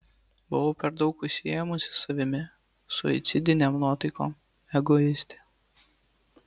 buvau per daug užsiėmusi savimi suicidinėm nuotaikom egoistė